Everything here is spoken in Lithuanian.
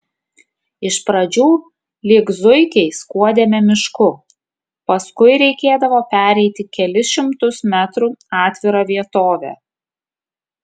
iš pradžių lyg zuikiai skuodėme mišku paskui reikėdavo pereiti kelis šimtus metrų atvira vietove